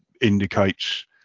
indicates